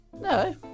No